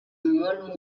molt